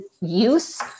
use